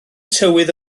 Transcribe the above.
tywydd